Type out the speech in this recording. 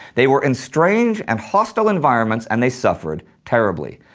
they were in strange and hostile environments, and they suffered terribly.